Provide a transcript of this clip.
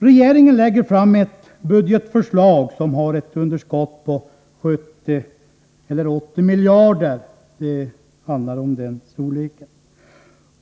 Regeringen lägger fram ett budgetförslag som innebär ett underskott i storleksordningen 70 eller 80 miljarder.